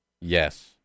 Yes